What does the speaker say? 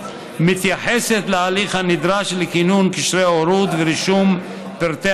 מתייחסות להליך הנדרש לכינון קשרי הורות ורישום פרטי